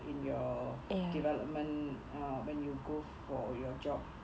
in your development ah when you go for your job